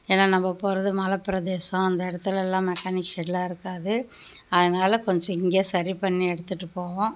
ஏன்னால் நம்ம போவது மலை பிரதேசம் அந்த இடத்துலெல்லாம் மெக்கானிக் செட்யெலாம் இருக்காது அதனால் கொஞ்சம் இங்கேயே சரி பண்ணி எடுத்துகிட்டு போவோம்